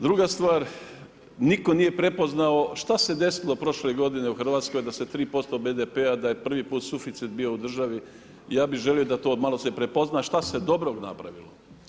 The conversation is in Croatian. Druga stvar, nitko nije prepoznao šta se desilo prošle godine u Hrvatskoj da se 3% BDP-a, da je prvi put suficit bio u državi, ja bih želio da to malo se prepozna šta se dobrog napravilo.